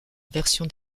version